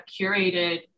curated